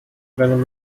wenn